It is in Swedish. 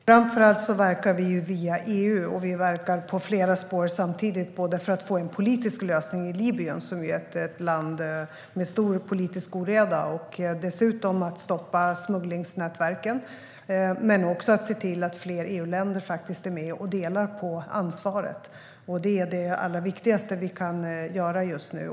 Herr talman! Framför allt verkar vi via EU. Vi verkar på flera spår samtidigt för att få en politisk lösning i Libyen, som är ett land med stor politisk oreda. Det gäller dessutom att stoppa smugglingsnätverken men också att se till att fler EU-länder är med och delar på ansvaret. Det är det allra viktigaste vi kan göra just nu.